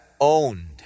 owned